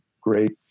great